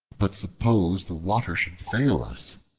but suppose the water should fail us.